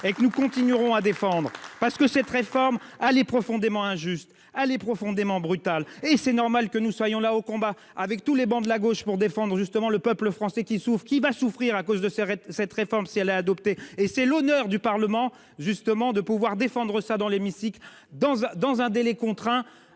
et que nous continuerons à défendre parce que cette réforme allait profondément injuste. Allez profondément brutal et c'est normal que nous soyons là au combat avec tous les bancs de la gauche pour défendre justement le peuple français qui souffrent qui va souffrir à cause de ça. Cette réforme si elle est adoptée et c'est l'honneur du Parlement justement de pouvoir défendre ça dans l'hémicycle dans un, dans un délai contraint